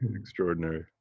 extraordinary